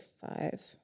five